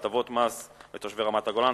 בהטבות מס לתושבי רמת-הגולן.